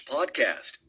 Podcast